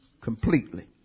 completely